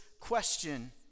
question